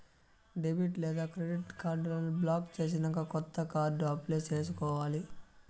debit లేదా credit కార్డులను block చేసినాక కొత్త కార్డు అప్లై చేసుకోవాలి